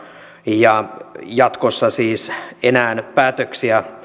ja jatkossa siis päätöksiä